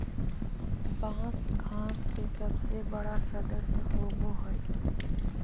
बाँस घास के सबसे बड़ा सदस्य होबो हइ